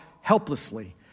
helplessly